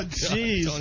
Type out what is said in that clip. jeez